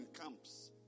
camps